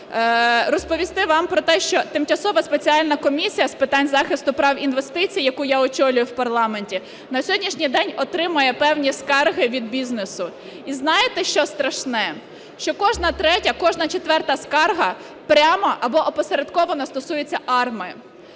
розповісти вам про те, що Тимчасова спеціальна комісія з питань захисту прав інвестицій, яку я очолюю в парламенті, на сьогоднішній день отримує певні скарги від бізнесу. І знаєте, що страшне? Що кожна третя, кожна четверта скарга прямо або опосередковано стосується АРМА.